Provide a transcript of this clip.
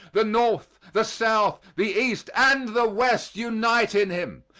the north, the south, the east, and the west unite in him.